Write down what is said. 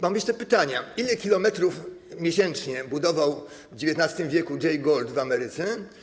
Mam jeszcze pytania: Ile kilometrów miesięcznie budował w XIX w. Jake Gold w Ameryce?